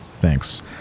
Thanks